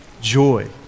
joy